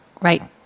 right